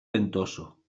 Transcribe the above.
ventoso